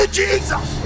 jesus